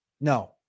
No